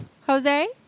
Jose